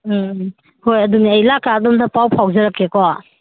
ꯎꯝ ꯍꯣꯏ ꯑꯗꯨꯅꯦ ꯑꯩ ꯂꯥꯛꯀꯥꯟ ꯑꯗꯣꯝꯗ ꯄꯥꯎ ꯐꯥꯎꯖꯔꯛꯀꯦꯀꯣ